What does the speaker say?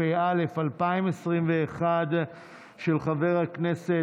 נגד, שלושה,